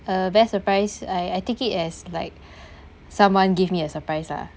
uh best surprise I I take it as like someone give me a surprise ah